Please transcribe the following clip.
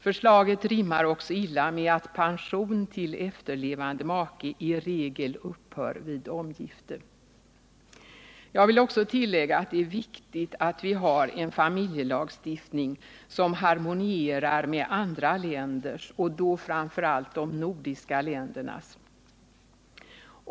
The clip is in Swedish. Förslaget rimmar också illa med att pension till efterlevande make i regel upphör vid omgifte. Jag vill tillägga att det är viktigt att vi har en familjelagstiftning som harmonierar med andra länders och då framför allt de nordiska ländernas.